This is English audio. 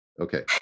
Okay